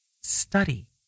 Study